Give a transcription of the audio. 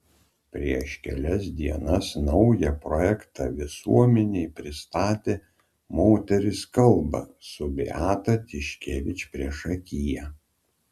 prieš kelias dienas naują projektą visuomenei pristatė moterys kalba su beata tiškevič priešakyje